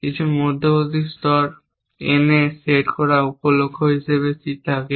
কিছু মধ্যবর্তী স্তর n এ সেট করা উপ লক্ষ্য স্থির থাকে